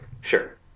sure